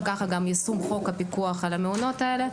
וככה גם יישום חוק הפיקוח על המעונות האלה.